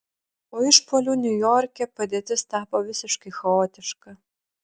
po išpuolių niujorke padėtis tapo visiškai chaotiška